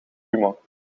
humor